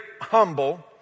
humble